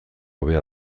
hobea